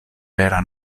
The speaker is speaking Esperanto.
vera